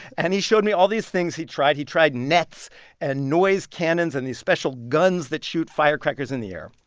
and he showed me all these things he tried. he tried nets and noise cannons and these special guns that shoot firecrackers in the air.